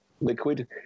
liquid